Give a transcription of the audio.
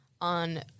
on